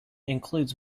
includes